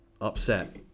upset